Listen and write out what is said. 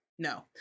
no